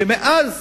שמאז